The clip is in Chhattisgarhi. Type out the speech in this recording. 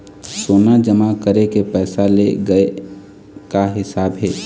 सोना जमा करके पैसा ले गए का हिसाब हे?